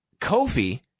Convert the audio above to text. Kofi